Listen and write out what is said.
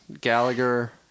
Gallagher